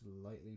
slightly